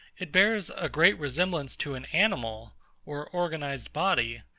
it bears a great resemblance to an animal or organised body,